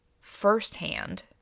firsthand